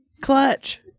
clutch